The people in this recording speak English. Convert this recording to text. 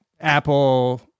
Apple